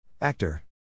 Actor